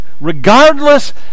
regardless